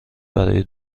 برای